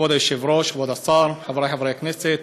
כבוד היושב-ראש, כבוד השר, חברי חברי הכנסת,